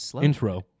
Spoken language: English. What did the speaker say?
intro